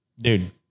Dude